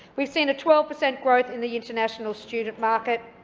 we've seen a twelve percent growth in the international student market,